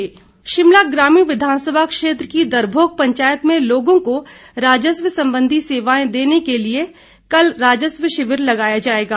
राजस्व शिविर शिमला ग्रामीण विधानसभा क्षेत्र की दरभोग पंचायत में लोगों को राजस्व संबंधी सेवाएं देने के लिए कल राजस्व शिविर लगाया जाएगा